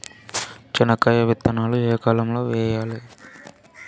చెనక్కాయ విత్తనాలు ఏ కాలం లో వేయాలి?